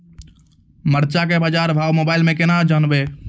मरचा के बाजार भाव मोबाइल से कैनाज जान ब?